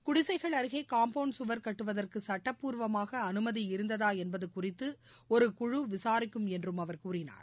குடிகைகள் அருகே காம்பவுண்டு சுவர் கட்டுவதற்கு சுட்டபூர்வமாக அனுமதி இருந்ததா என்பது குறித்து ஒரு குழு விசாரிக்கும் என்றும் அவர் கூறினார்